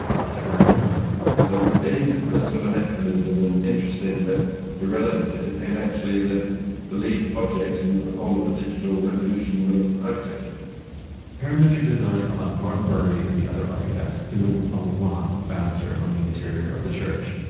la sagrada familia so from being the sort of anachronism and interesting but irrelevant it became the the lead project in the whole of the digital revolution of architecture parametric design allowed mark burry and the other architects to move a lot faster on the interior of the church.